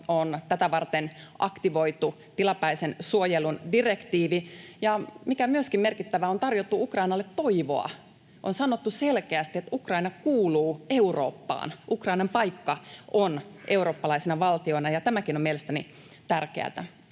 on tätä varten aktivoitu tilapäisen suojelun direktiivi ja — mikä myöskin merkittävää — on tarjottu Ukrainalle toivoa: on sanottu selkeästi, että Ukraina kuuluu Eurooppaan, Ukrainan paikka on eurooppalaisena valtiona. Tämäkin on mielestäni tärkeätä.